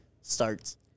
starts